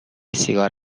سیگار